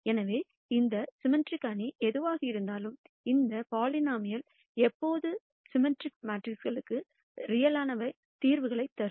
எனவே அந்த சிம்மெட்ரிக் அணி எதுவாக இருந்தாலும் இந்த பலினோமினல் எப்போதும் சிம்மெட்ரிக் மேட்ரிக்ஸ்க்குகளுக்கு உண்மையான தீர்வுகளைத் தரும்